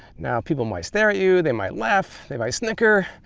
now people might stare at you, they might laugh, they might snicker,